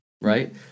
right